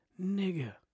nigga